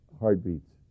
heartbeats